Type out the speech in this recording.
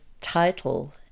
title